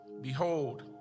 Behold